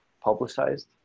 publicized